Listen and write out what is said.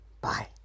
Bye